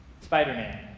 Spider-Man